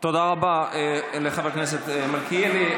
תודה רבה לחבר הכנסת מלכיאלי.